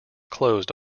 closed